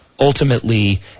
Ultimately